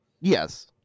yes